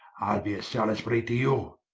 ile be a salisbury to you.